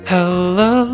Hello